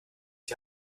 die